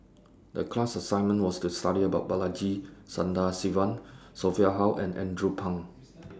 The class assignment was to study about Balaji Sadasivan Sophia Hull and Andrew Phang